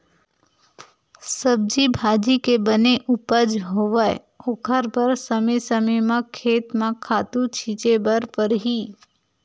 सब्जी भाजी के बने उपज होवय ओखर बर समे समे म खेत म खातू छिते बर परही